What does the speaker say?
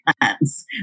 plans